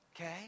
Okay